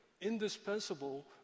indispensable